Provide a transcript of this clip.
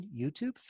YouTube